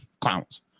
clowns